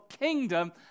kingdom